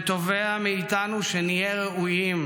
ותובע מאיתנו שנהיה ראויים.